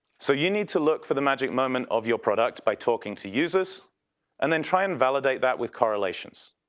so you need to look for the magic moment of your product by talking to users and then try and validate that with correlations.